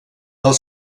del